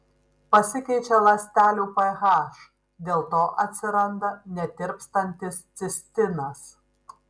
pasikeičia ląstelių ph dėl to atsiranda netirpstantis cistinas